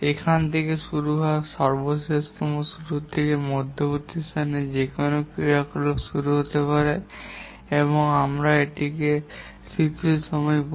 এখানে প্রথম থেকে শুরু হওয়া সর্বশেষতম শুরু থেকে মধ্যবর্তী স্থানে যে কোনও ক্রিয়াকলাপ শুরু হতে পারে এবং এটিকে আমরা শিথিল সময় বলে